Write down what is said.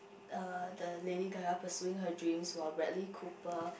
err the Lady-Gaga pursuing her dreams while Bradley-Cooper